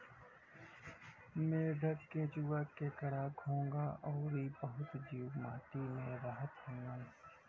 मेंढक, केंचुआ, केकड़ा, घोंघा अउरी बहुते जीव माटी में रहत हउवन